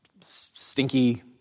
stinky